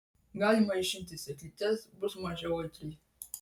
galima išimti sėklytes bus mažiau aitri